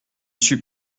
suis